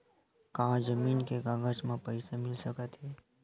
का जमीन के कागज म पईसा मिल सकत हे?